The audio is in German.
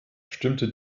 stimmte